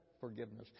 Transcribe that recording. Forgiveness